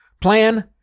Plan